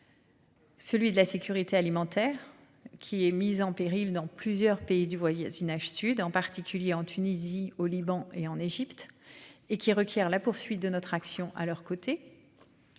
Celui de la sécurité alimentaire qui est mise en péril dans plusieurs pays du voisinage sud en particulier en Tunisie, au Liban et en Égypte et qui requiert la poursuite de notre action. À leurs côtés.